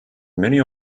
many